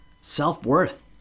self-worth